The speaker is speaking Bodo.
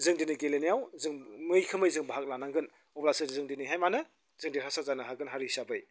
जों दिनै गेलेनायाव जों मैखोमै जों बाहागो लानांगोन अब्लासो जों दिनैहाय मा होनो जों देरहासार जानो हागोन हारि हिसाबै